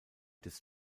des